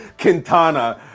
Quintana